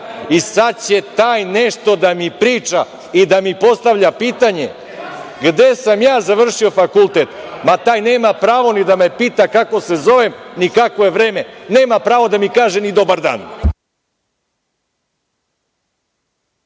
i sad će taj nešto da mi priča i da mi postavlja pitanje gde sam ja završio fakultet. Pa, taj nema pravo ni da me pita kako se zovem, ni kakvo je vreme, nema pravo da mi kaže ni dobar dan.